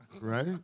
Right